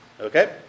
okay